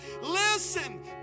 Listen